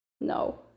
No